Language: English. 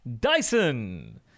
Dyson